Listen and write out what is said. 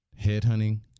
headhunting